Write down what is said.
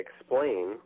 explain